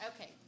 Okay